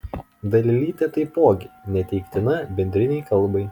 dalelytė taipogi neteiktina bendrinei kalbai